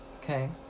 okay